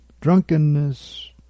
drunkenness